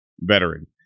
veteran